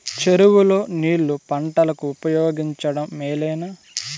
చెరువు లో నీళ్లు పంటలకు ఉపయోగించడం మేలేనా?